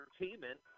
Entertainment